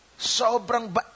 Sobrang